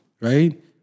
Right